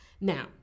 now